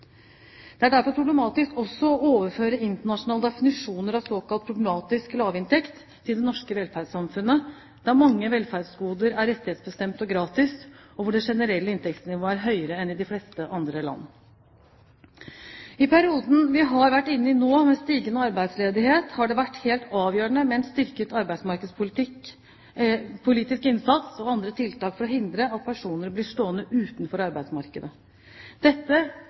Det er derfor problematisk også å overføre internasjonale definisjoner av såkalt problematisk lavinntekt til det norske velferdssamfunnet, der mange velferdsgoder er rettighetsbestemt og gratis, og hvor det generelle inntektsnivået er høyere enn i de fleste andre land. I perioden vi har vært inne i nå med stigende arbeidsledighet, har det vært helt avgjørende med en styrket arbeidsmarkedspolitisk innsats og andre tiltak for å hindre at personer blir stående utenfor arbeidsmarkedet. Dette,